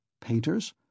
Painters